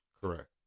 correct